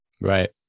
Right